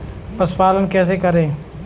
पशुपालन कैसे करें?